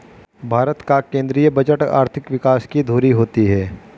भारत का केंद्रीय बजट आर्थिक विकास की धूरी होती है